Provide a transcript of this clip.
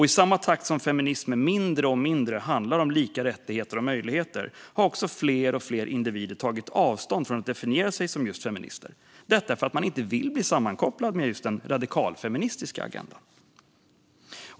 I samma takt som feminismen mindre och mindre handlar om lika rättigheter och möjligheter har också fler och fler individer tagit avstånd från att definiera sig som just feminister, detta för att man inte vill bli sammankopplad med just den radikalfeministiska agendan.